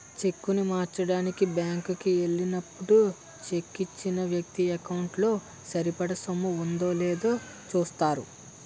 చెక్కును మార్చడానికి బ్యాంకు కి ఎల్లినప్పుడు చెక్కు ఇచ్చిన వ్యక్తి ఎకౌంటు లో సరిపడా సొమ్ము ఉందో లేదో చూస్తారు